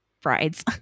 brides